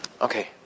Okay